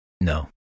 no